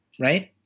right